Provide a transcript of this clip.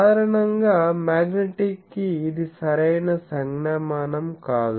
సాధారణంగా మ్యాగ్నెటిక్ కి ఇది సరైన సంజ్ఞామానం కాదు